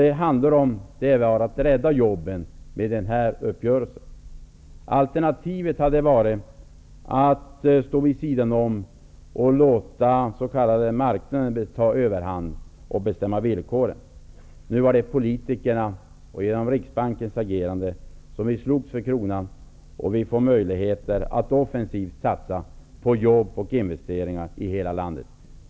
Det handlar om att rädda jobb med den här uppgörelsen. Alternativet hade varit att stå vid sidan om och låta den s.k. marknaden få bestämma villkoren. Genom riksbankens agerande, och politikerna som slogs för kronan har vi fått möjligheter att offensivt satsa på jobb och investeringar i hela landet.